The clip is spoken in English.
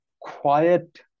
quiet